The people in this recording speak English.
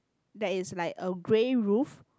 there is like a grey roof